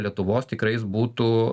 lietuvos tikrai jis būtų